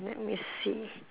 let me see